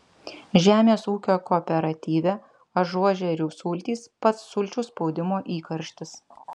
žemės ūkio kooperatyve ažuožerių sultys pats sulčių spaudimo įkarštis